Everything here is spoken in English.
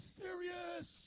serious